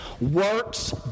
Works